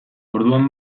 orduan